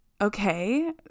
okay